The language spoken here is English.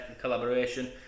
collaboration